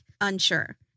Unsure